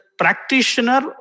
practitioner